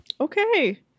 Okay